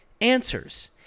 answers